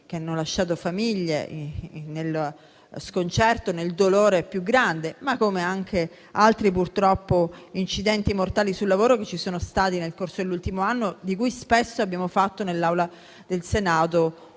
che hanno lasciato famiglie nello sconcerto e nel dolore più grande. Lo stesso è accaduto purtroppo negli altri incidenti mortali sul lavoro che ci sono stati nel corso dell'ultimo anno, di cui spesso abbiamo fatto nell'Aula del Senato